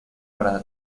para